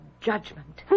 judgment